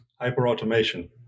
Hyper-automation